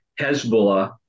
Hezbollah